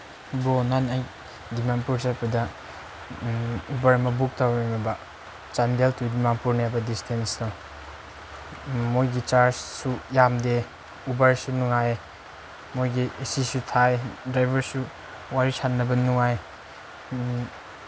ꯏꯕꯣ ꯅꯪ ꯑꯩ ꯗꯤꯃꯥꯄꯨꯔ ꯆꯠꯄꯗ ꯎꯕꯔ ꯑꯃ ꯕꯨꯛ ꯇꯧꯔꯝꯃꯕ ꯆꯥꯟꯗꯦꯜ ꯇꯨ ꯗꯤꯃꯥꯄꯨꯔꯅꯦꯕ ꯗꯤꯁꯇꯦꯟꯁꯇꯣ ꯃꯣꯏꯒꯤ ꯆꯥꯔꯖꯁꯨ ꯌꯥꯝꯗꯦ ꯎꯕꯔꯁꯨ ꯅꯨꯡꯉꯥꯏ ꯃꯣꯏꯒꯤ ꯑꯦ ꯁꯤꯁꯨ ꯊꯥꯏ ꯗ꯭ꯔꯥꯏꯚꯔꯁꯨ ꯋꯥꯔꯤ ꯁꯥꯟꯅꯕ ꯅꯨꯡꯉꯥꯏ